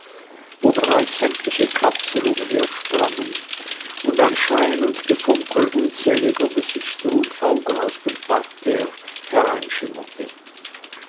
wo bereits sämtliche katzen umhersprangen und ein schein und gefunkel unzähliger gesichter und augen aus dem parterre